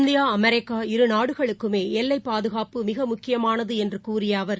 India America இரு நாடுகளுக்குமேஎல்லைபாதுகாப்பு மிகமுக்கியமானதுஎன்றுகூறியஅவர்